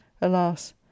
alas